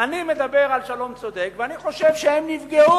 אני מדבר על שלום צודק ואני חושב שהם נפגעו.